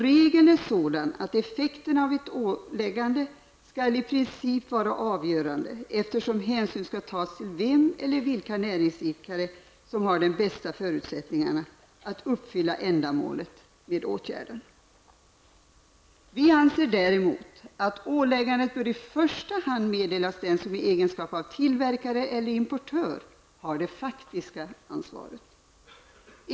Regeln är sådan att effekten av ett åläggande i princip skall vara avgörande, eftersom hänsyn skall tas ''till vem eller vilka näringsidkare som har de bästa förutsättningarna att uppfylla ändamålet med åtgärden''. Vi anser däremot att åläggandet i första hand bör meddelas den som i egenskap av tillverkare eller importör har det faktiska ansvaret.